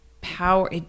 power